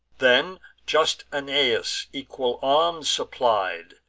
then just aeneas equal arms supplied,